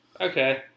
okay